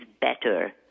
better